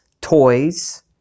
toys